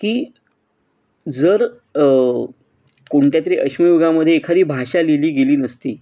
की जर कोणत्या तरी अश्मयुगामध्ये एखादी भाषा लिहिली गेली नसती